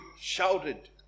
shouted